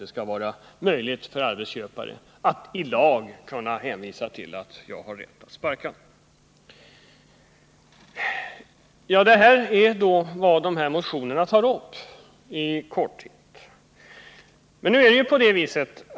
Det skall inte vara möjligt för arbetsköparen att kunna hänvisa till att han i lag har rätt att sparka en anställd. Detta är i korthet vad våra motioner tar upp.